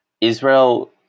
Israel